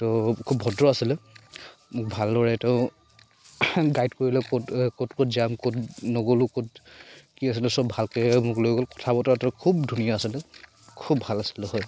তেওঁ খুব ভদ্ৰ আছিলে মোক ভালদৰে তেওঁ গাইড কৰিলে ক'ত ক'ত ক'ত যাম ক'ত নগ'লোঁ ক'ত কি আছিলে চব ভালকৈ মোক লৈ গ'ল কথা বতৰাটো খুব ধুনীয়া আছিলে খুব ভাল আছিলে হয়